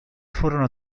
furono